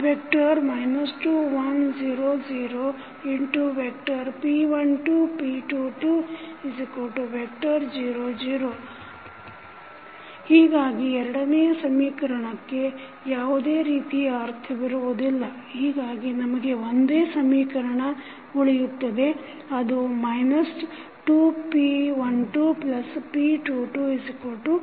2 1 0 0 p12 p22 0 0 ಹೀಗಾಗಿ ಎರಡನೆಯ ಸಮೀಕರಣಕ್ಕೆ ಯಾವುದೇ ರೀತಿಯ ಅರ್ಥವಿರುವುದಿಲ್ಲ ಹೀಗಾಗಿ ನಮಗೆ ಒಂದೇ ಸಮೀಕರಣ ಉಳಿಯುತ್ತದೆ ಅದು 2p12p220